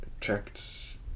Checked